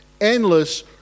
Endless